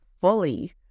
fully